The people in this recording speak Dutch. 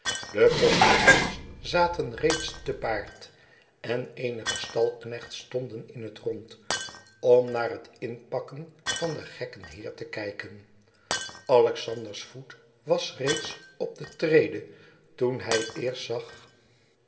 de postiljons zaten reeds te paard en eenige stalknechts stonden in het rond om naar het inpakken van den gekken heer tekijken alexander's voet was reeds op de trede toen hij eerst zag